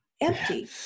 empty